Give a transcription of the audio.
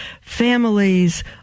families